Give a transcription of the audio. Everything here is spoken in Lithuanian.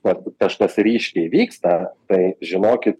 kad kažkas ryškiai vyksta tai žinokit